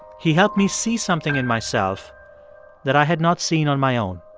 he helped me see something in myself that i had not seen on my own.